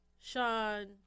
Sean